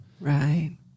Right